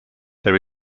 there